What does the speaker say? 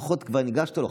לפחות כבר הנגשת לו,